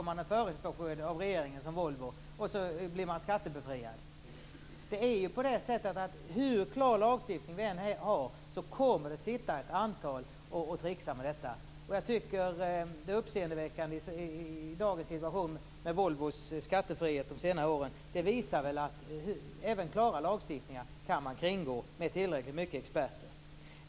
Man kan alternativt liksom Volvo få förhandsbesked och bli skattebefriad. Hur klar lagstiftning vi än har kommer det att finnas en del som trixar med den. Volvos uppseendeväckande skattefrihet under senare år visar väl att man kan kringgå även klara lagstiftningar, om man har tillräckligt många experter.